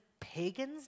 pagans